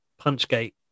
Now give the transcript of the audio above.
Punchgate